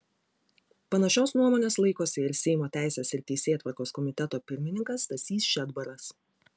panašios nuomonės laikosi ir seimo teisės ir teisėtvarkos komiteto pirmininkas stasys šedbaras